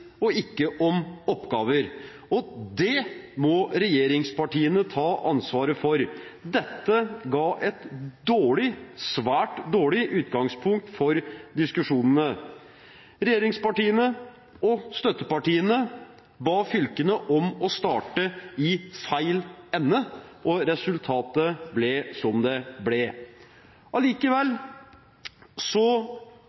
og ikke om oppgaver. Det må regjeringspartiene ta ansvaret for. Dette ga et svært dårlig utgangspunkt for diskusjonene. Regjeringspartiene og støttepartiene ba fylkene om å starte i feil ende og resultatet ble som det ble.